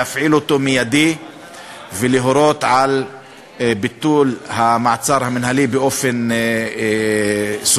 להפעיל אותו מייד ולהורות על ביטול המעצר המינהלי באופן סופי,